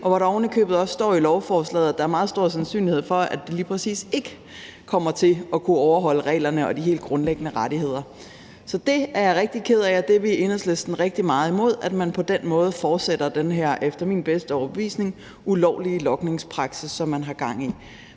og der står ovenikøbet også i lovforslaget, at der er meget stor sandsynlighed for, at det lige præcis ikke kommer til at kunne overholde reglerne og de helt grundlæggende rettigheder. Så det er jeg rigtig ked af, og vi er i Enhedslisten rigtig meget imod, at man på den måde fortsætter den her – efter min bedste overbevisning – ulovlige logningspraksis, som man har gang i.